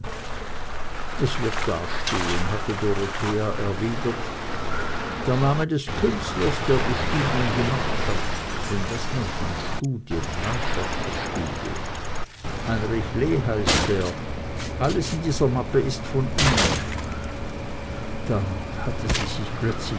was wird da stehen hatte dorothea erwidert der name des künstlers der die studien gemacht hat denn das nennt man studien landschaftsstudien heinrich lee heißt er alles in dieser mappe ist von ihm dann hatte sie sich plötzlich